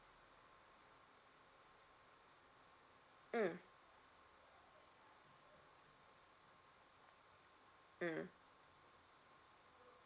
mm mm